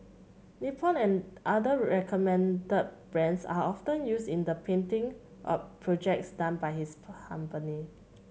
Nippon and other recommended brands are often used in the painting projects done by his company